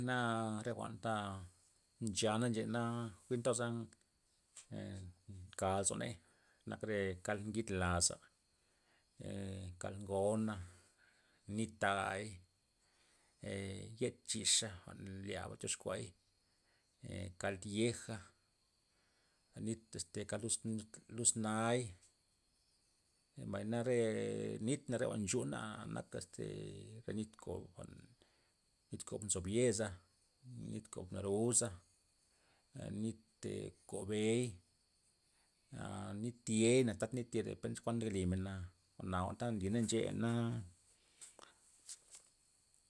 Naa re jwa'n ta nchana nchena jwin toza nka lozoney. nak re kald ngis laza, kald ngona, nit tai'y yed chixa' jwa'n nlyaba toxkuay ee kald yeja', nit este kad lus- lusnay mbay nare nit re jwa'n chumena nak este re nit koba, nit kon nzob yeza, nit kob naruza a nit kob be'y, aa nit ye'ina tata nit yeba' per kuan ndob blimen na jwa'na ta nlina nche'a na